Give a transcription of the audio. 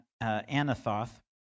Anathoth